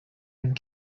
une